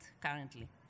currently